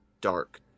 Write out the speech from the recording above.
dark